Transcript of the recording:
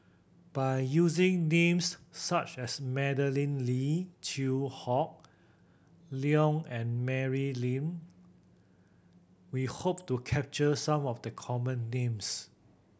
by using names such as Madeleine Lee Chew Hock Leong and Mary Lim we hope to capture some of the common names